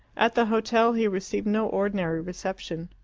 at the hotel he received no ordinary reception.